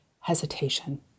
hesitation